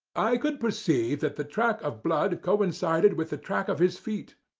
i could perceive that the track of blood coincided with the track of his feet.